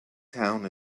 town